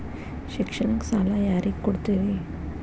ಶಿಕ್ಷಣಕ್ಕ ಸಾಲ ಯಾರಿಗೆ ಕೊಡ್ತೇರಿ?